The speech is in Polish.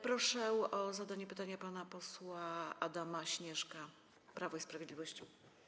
Proszę o zadanie pytania pana posła Adama Śnieżka, Prawo i Sprawiedliwość.